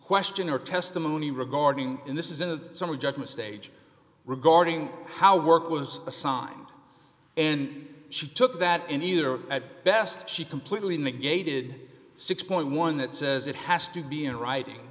question her testimony regarding in this is a summary judgment stage regarding how work was assigned and she took that in either or at best she completely negated six point one that says it has to be in writing